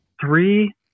three